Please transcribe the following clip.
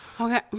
okay